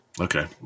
Okay